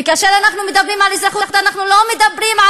וכאשר אנחנו מדברים על אזרחות אנחנו לא מדברים על